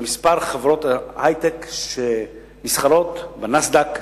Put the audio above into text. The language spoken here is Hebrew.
במספר חברות ההיי-טק שנסחרות בנאסד"ק,